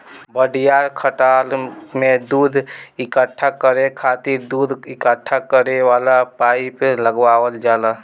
बड़ियार खटाल में दूध इकट्ठा करे खातिर दूध इकट्ठा करे वाला पाइप लगावल जाला